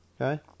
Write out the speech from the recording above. okay